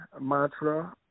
mantra